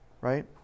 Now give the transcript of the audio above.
right